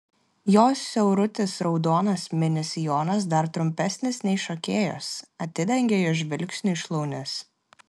jos siaurutis raudonas mini sijonas dar trumpesnis nei šokėjos atidengia jo žvilgsniui šlaunis